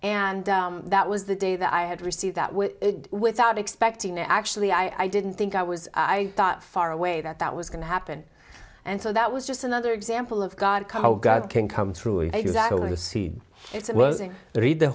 and that was the day that i had received that with without expecting to actually i didn't think i was i thought far away that that was going to happen and so that was just another example of god god can come through